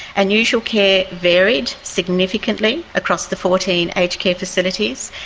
and usual care varied significantly across the fourteen aged care facilities.